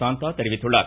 சாந்தா தெரிவித்துள்ளார்